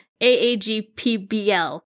AAGPBL